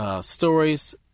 stories